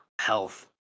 health